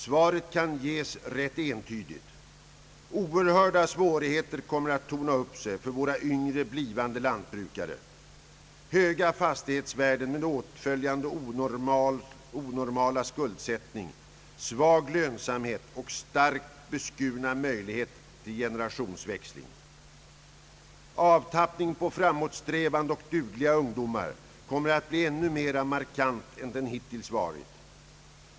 Svaret kan ges rätt entydigi. Oerhörda svårigheter kommer att torna upp sig för våra yngre blivande lantbrukare. Höga fastighetsvärden med åtföljande onormal skuldsättning, svag lönsamhet och starkt beskurna möjligheter till generationsväxling. Avtappningen av framåtsträvande och dugliga ungdomar kommer att bli ännu mera markant än den hittills varit.